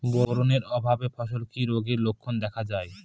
Boron এর অভাবে ফসলে কি রোগের লক্ষণ দেখা যায়?